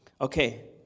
Okay